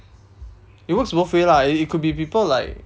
it works both way lah it it could be people like